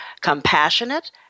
Compassionate